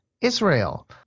Israel